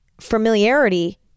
familiarity